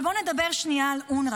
אבל בואו נדבר שנייה על אונר"א,